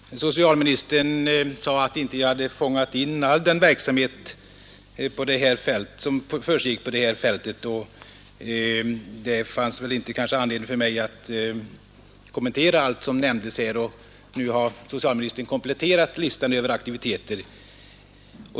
Herr talman! SOcialminitera SE att jag inte hade SROgar in all den Torsdagen den verksamhet som försiggick på detta fält. Det fanns kanske inte anledning i8 november 1971 för mig att kommentera allt som nämndes här och nu har socialministern även kompletterat listan över aktiviteter.